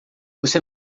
você